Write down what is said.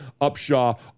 Upshaw